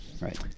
right